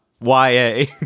Y-A